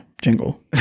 Jingle